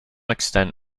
extent